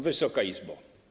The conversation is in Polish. Wysoka Izbo!